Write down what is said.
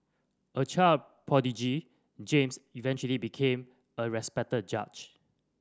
a child prodigy James eventually became a respected judge